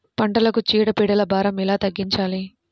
పంటలకు చీడ పీడల భారం ఎలా తగ్గించాలి?